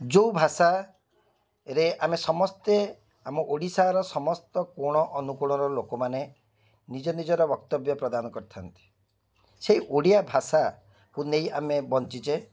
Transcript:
ଯେଉଁ ଭାଷାରେ ଆମେ ସମସ୍ତେ ଆମ ଓଡ଼ିଶାର ସମସ୍ତ କୋଣ ଅନୁକୋଣର ଲୋକମାନେ ନିଜ ନିଜର ବକ୍ତବ୍ୟ ପ୍ରଦାନ କରିଥାନ୍ତି ସେଇ ଓଡ଼ିଆ ଭାଷାକୁ ନେଇ ଆମେ ବଞ୍ଚିଛେ